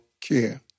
care